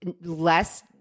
less